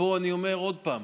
ופה אני אומר עוד פעם,